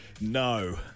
No